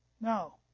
No